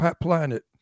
planet